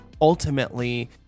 ultimately